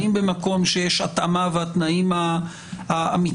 האם במקום שיש התאמה והתנאים המתמלאים,